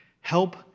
Help